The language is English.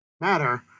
matter